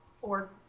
Four